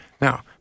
Now